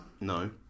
No